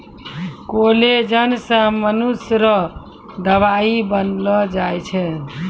collagen से मनुष्य रो दवाई बनैलो जाय छै